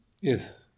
Yes